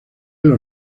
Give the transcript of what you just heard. los